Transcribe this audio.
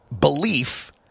belief